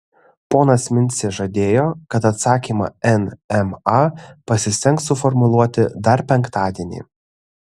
ponas mincė žadėjo kad atsakymą nma pasistengs suformuluoti dar penktadienį